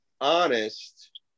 honest